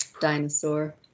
Dinosaur